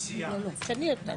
סיעת יחיד.